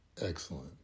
Excellent